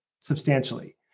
substantially